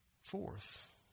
Fourth